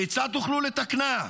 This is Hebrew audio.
כיצד תוכלו לתקנה?